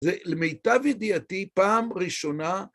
זה למיטב ידיעתי פעם ראשונה